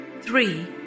three